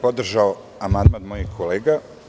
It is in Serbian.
Podržao bih amandman mojih kolega.